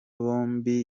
bombi